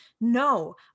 No